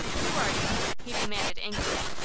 who are you? he demanded, angrily.